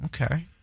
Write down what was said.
Okay